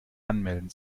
anmelden